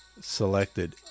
selected